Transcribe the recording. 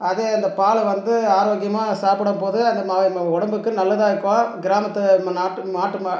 அது அந்தப் பாலை வந்து ஆரோக்கியமாக சாப்பிடம் போது அது நாம் உடம்புக்கு நல்லதான் இருக்கும் கிராமத்து நம்ம நாட்டு நாட்டு மா